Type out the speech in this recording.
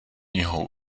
něho